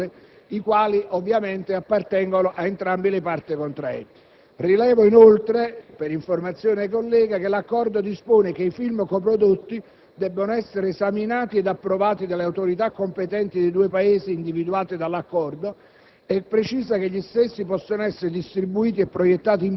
sia la ripartizione dei proventi derivanti dai diritti d'autore, che ovviamente appartengono a entrambe le parti contraenti. Rilevo, inoltre, per fornire informazioni ai colleghi, che l'Accordo dispone che i film coprodotti debbano essere esaminati ed approvati dalle autorità competenti dei due Paesi individuati dall'Accordo